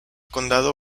condado